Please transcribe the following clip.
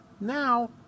Now